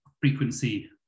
frequency